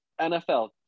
NFL